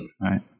Right